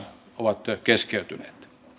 ovat keskeytyneet